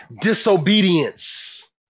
disobedience